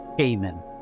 Amen